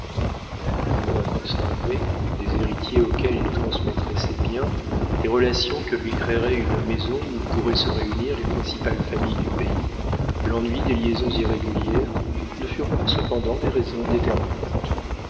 un nom à conserver des héritiers auxquels il transmettrait ses biens les relations que lui créerait une maison où pourraient se réunir les principales familles du pays l'ennui des liaisons irrégulières ne furent pas cependant des raisons déterminantes